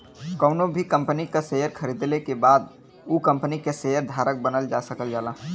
कउनो भी कंपनी क शेयर खरीदले के बाद उ कम्पनी क शेयर धारक बनल जा सकल जाला